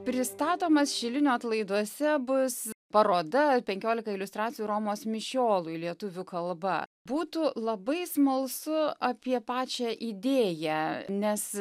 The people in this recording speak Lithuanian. pristatomas šilinio atlaiduose bus paroda penkiolika iliustracijų romos mišiolui lietuvių kalba būtų labai smalsu apie pačią idėją nes